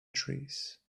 trees